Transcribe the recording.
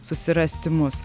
susirasti mus